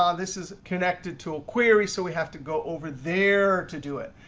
um this is connected to a query, so we have to go over there to do it.